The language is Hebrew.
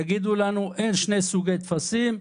יגידו לנו שאין שני סוגי טפסים?